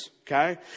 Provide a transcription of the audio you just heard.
okay